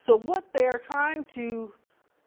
so what they are trying to